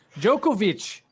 Djokovic